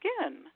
skin